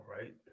right